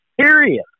period